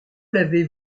l’avez